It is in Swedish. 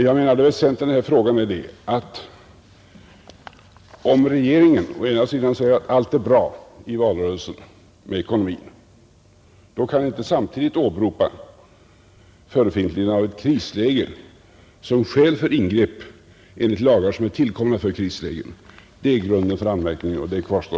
Det väsentliga i denna fråga är det, att om regeringen å ena sidan i valrörelsen säger att allt är bra med ekonomin, då kan den inte samtidigt åberopa förefintligheten av ett krisläge som skäl för ingrepp enligt lagar som är tillkomna för krislägen. Det är bakgrunden för anmärkningen och den kvarstår.